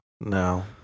No